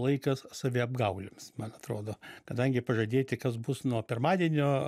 laikas saviapgaulėms man atrodo kadangi pažadėti kas bus nuo pirmadienio